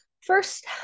first